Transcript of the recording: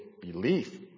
belief